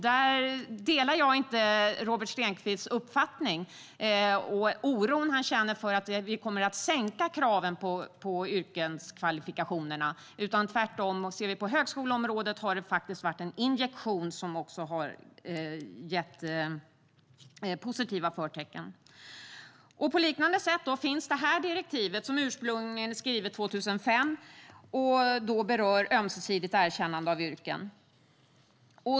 Jag delar inte Robert Stenkvists uppfattning och den oro han känner för att vi kommer att sänka kraven på yrkeskvalifikationerna. Tvärtom har detta varit en injektion som gett positiva förtecken på högskoleområdet. På liknande sätt berör det här direktivet, som ursprungligen skrevs 2005, ömsesidigt erkännande av yrken.